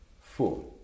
four